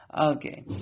Okay